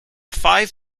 five